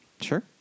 Sure